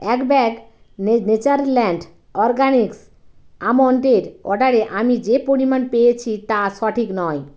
এক ব্যাগ নে Natureland Organics আমন্ডের অর্ডারে আমি যে পরিমাণ পেয়েছি তা সঠিক নয়